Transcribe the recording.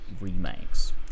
remakes